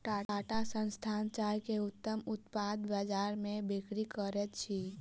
टाटा संस्थान चाय के उत्तम उत्पाद बजार में बिक्री करैत अछि